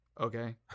okay